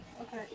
Okay